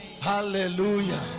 Hallelujah